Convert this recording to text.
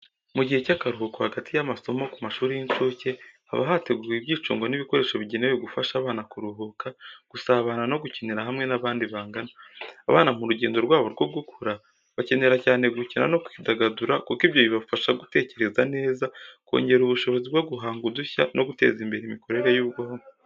Mu gihe cy’akaruhuko hagati y’amasomo ku mashuri y’incuke, haba hateguwe ibyicungo n’ibikoresho bigenewe gufasha abana kuruhuka, gusabana no gukinira hamwe n’abandi bangana. Abana mu rugendo rwabo rwo gukura, bakenera cyane gukina no kwidagadura kuko ibyo bibafasha gutekereza neza, kongera ubushobozi bwo guhanga udushya no guteza imbere imikorere y’ubwonko.